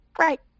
Right